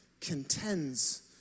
contends